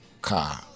car